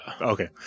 Okay